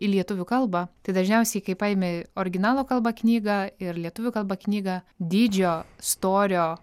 į lietuvių kalbą tai dažniausiai kai paimi originalo kalba knygą ir lietuvių kalba knygą dydžio storio